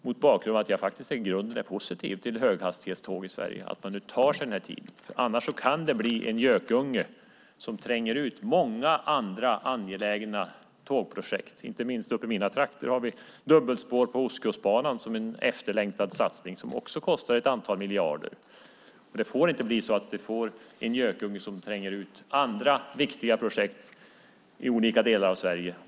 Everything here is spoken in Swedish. Mot bakgrund av att jag i grunden är positiv till höghastighetståg i Sverige välkomnar jag att man nu tar sig den här tiden. Annars kan det bli en gökunge som tränger ut många andra angelägna tågprojekt. Inte minst uppe i mina trakter har vi dubbelspår på Ostkustbanan som en efterlängtad satsning som också kostar ett antal miljarder. Det får inte bli en gökunge som tränger ut andra viktiga projekt i olika delar av Sverige.